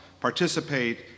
participate